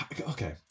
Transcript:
okay